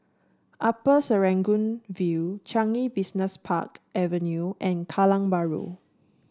Upper Serangoon View Changi Business Park Avenue and Kallang Bahru